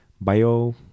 bio